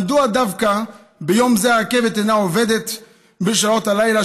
מדוע דווקא ביום זה הרכבת אינה עובדת בשעות הלילה,